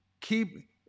Keep